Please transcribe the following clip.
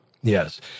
yes